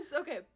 okay